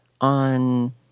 on